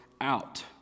out